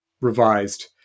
revised